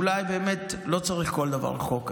אולי באמת לא צריך לכל דבר חוק,